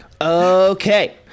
Okay